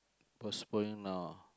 postponing now ah